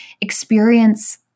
experience